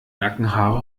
nackenhaare